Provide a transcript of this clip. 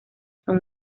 son